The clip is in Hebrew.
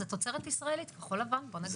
זו תוצרת ישראלית כחול-לבן, בוא נגיד ככה.